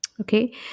Okay